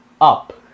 up